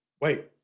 Wait